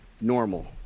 normal